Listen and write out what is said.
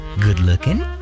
good-looking